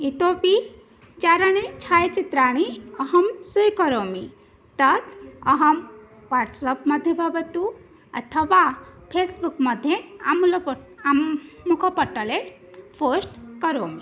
इतोऽपि चारणे छायाचित्राणि अहं स्वीकरोमि तत् अहं वाट्सप् मध्ये भवतु अथवा फेस्बुक् मध्ये आम्ल् प आम् मुखपट्टळे पोस्ट् करोमि